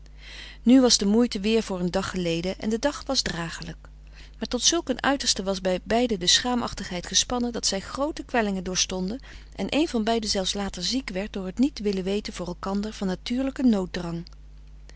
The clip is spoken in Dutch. nu was de moeite weer voor een dag geleden en de dag was dragelijk maar tot zulk een uiterste was bij beiden de schaamachtigheid gespannen dat zij groote kwellingen doorstonden en één van beiden zelfs later ziek werd door het niet willen weten voor elkander van natuurlijken